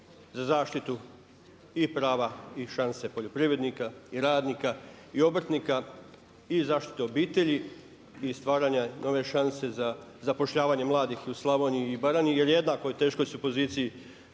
za zaštitu i prava i šanse poljoprivrednika i radnika i obrtnika za zaštite obitelji i stvaranja nove šanse za zapošljavanje mladih i u Slavoniji i u Baranji. Jer u jednako teškoj su poziciji